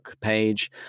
page